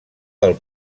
del